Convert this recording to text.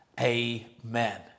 Amen